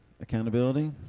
Accountability